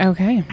Okay